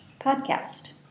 podcast